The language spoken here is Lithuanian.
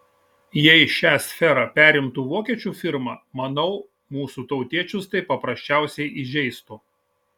jei šią sferą perimtų vokiečių firma manau mūsų tautiečius tai paprasčiausiai įžeistų